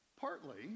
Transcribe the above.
partly